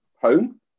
home